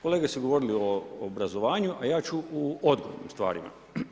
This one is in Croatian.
Kolege su govorile o obrazovanju, a ja ću u odgovornim stvarima.